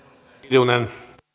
arvoisa